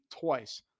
twice